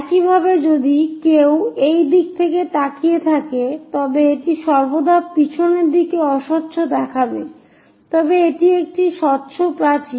একইভাবে যদি কেউ এই দিক থেকে তাকিয়ে থাকে তবে এটি সর্বদা পিছনের দিকে অস্বচ্ছ দেখবে তবে এটি একটি স্বচ্ছ প্রাচীর